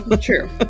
true